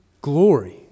glory